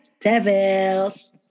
devils